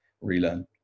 relearn